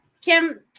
Kim